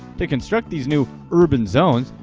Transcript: to construct these new urban zones,